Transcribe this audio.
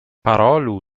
parolu